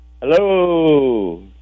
Hello